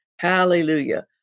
Hallelujah